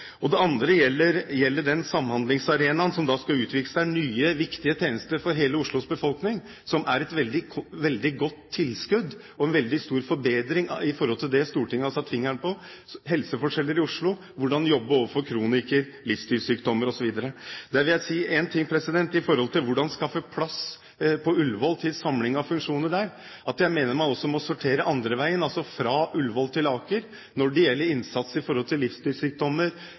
Det andre gjelder den samhandlingsarenaen som skal utvikle seg, nye viktige tjenester for hele Oslos befolkning, som er et veldig godt tilskudd og en veldig stor forbedring i forhold til det Stortinget har satt fingeren på: helseforskjeller i Oslo, hvordan jobbe overfor kronikere, livsstilssykdommer osv. Jeg vil si én ting knyttet til hvordan man skal skaffe plass på Ullevål til samling av funksjoner der, at jeg mener man også må sortere andre veien, altså fra Ullevål til Aker, når det gjelder innsats i forhold til